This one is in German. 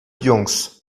jungs